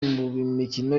mikino